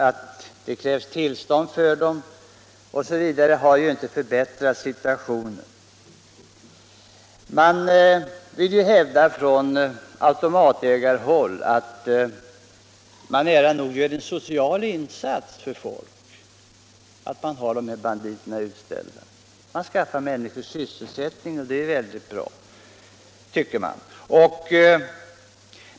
Att det krävs tillstånd för sådant penningspel med enkronor som insats har inte förbättrat situationen. Från automatägarhåll hävdas att man nära nog gör en social insats för folk genom att ha enarmade banditer utställda. Man skaffar människor sysselsättning och det är väldigt bra, tycker man.